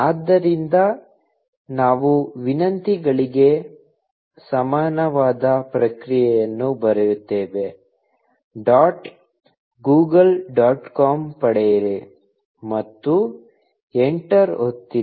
ಆದ್ದರಿಂದ ನಾವು ವಿನಂತಿಗಳಿಗೆ ಸಮಾನವಾದ ಪ್ರತಿಕ್ರಿಯೆಯನ್ನು ಬರೆಯುತ್ತೇವೆ ಡಾಟ್ ಗೂಗಲ್ ಡಾಟ್ ಕಾಮ್ ಪಡೆಯಿರಿ ಮತ್ತು ಎಂಟರ್ ಒತ್ತಿರಿ